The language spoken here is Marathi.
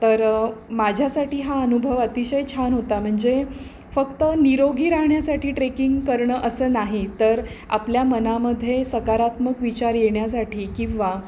तर माझ्यासाठी हा अनुभव अतिशय छान होता म्हणजे फक्त निरोगी राहण्यासाठी ट्रेकिंग करणं असं नाही तर आपल्या मनामध्ये सकारात्मक विचार येण्यासाठी किंवा